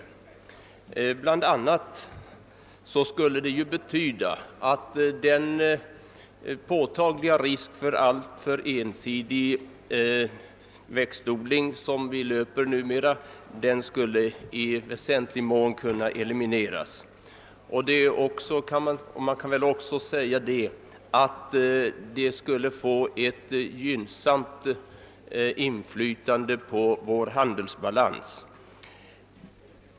Bland annat skulle detta betyda att den påtagliga risk för alltför ensidig växtodling, som vi numera löper, i väsentlig mån skulle elimineras. Detta skulle också få ett gynnsamt inflytande på vår handelsbalans i form av minskat importbehov.